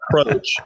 approach